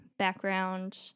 background